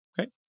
Okay